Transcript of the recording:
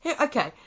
Okay